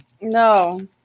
No